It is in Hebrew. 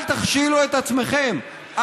אל תכשילו את עצמכם,